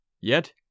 Yet